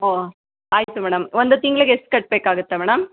ಓ ಆಯಿತು ಮೇಡಮ್ ಒಂದು ತಿಂಗ್ಳಿಗೆ ಎಷ್ಟು ಕಟ್ಟಬೇಕಾಗತ್ತೆ ಮೇಡಮ್